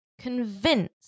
convinced